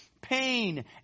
pain